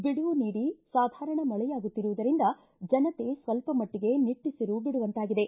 ಬಿಡುವು ನೀಡಿ ಸಾಧಾರಣ ಮಳೆಯಾಗುತ್ತಿರುವುದರಿಂದ ಜನತೆ ಸ್ವಲ್ಪಮಟ್ಟಿಗೆ ನಿಟ್ಸುಸಿರು ಬಿಡುವಂತಾಗಿದೆ